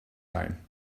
time